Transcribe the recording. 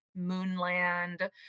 Moonland